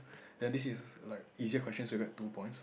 then this is like easier questions you get two points